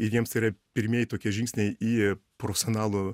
ir jiems tai yra pirmieji tokie žingsniai į profesionalų